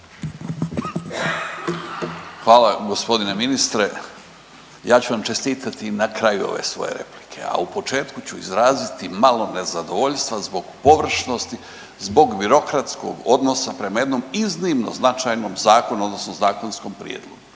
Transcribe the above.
Hvala gospodine ministre. Ja ću vam čestitati na kraju ove svoje replike, a u početku ću izraziti malo nezadovoljstva zbog površnosti, zbog birokratskog odnosa prema jednom iznimno značajnom zakonu, odnosno zakonskom prijedlogu.